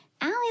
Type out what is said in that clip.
Allie